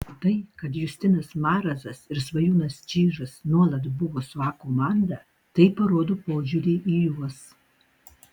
tai kad justinas marazas ir svajūnas čyžas nuolat buvo su a komanda tai parodo požiūrį į juos